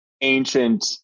ancient